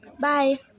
Bye